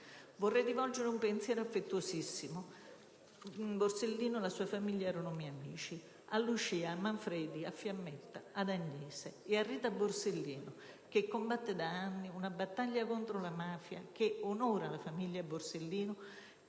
Vorrei rivolgere un pensiero affettuosissimo: Borsellino e la sua famiglia erano miei amici. A Lucia, a Manfredi, a Fiammetta, a Agnese e a Rita Borsellino che combatte da anni una battaglia contro la mafia che onora la famiglia Borsellino,